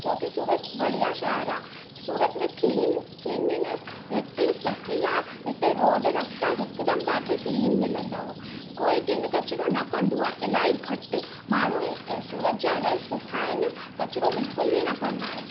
क्योंकि सूरत बढ़िया शहरु आहे सूरत में क्लीन क्लीनलीनेस एतिरी सुठी आहे इते रोड रस्ता हिकदमि तव्हां खे क्लीन मिलंदव कोई किनि कचिरो न कंदो आहे इलाही घटि माण्हू ई सूरत जा इलाही सुठा आहिनि कचिरो बिल्कुलु बि न कंदा आहिनि